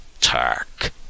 Turk